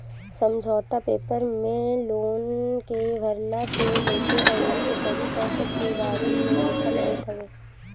समझौता पेपर में लोन के भरला से लेके अउरी ओकरी शर्त के बारे में लिखल होत हवे